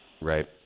Right